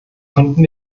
konnten